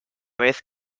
vez